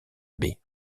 baie